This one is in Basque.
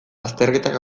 azterketak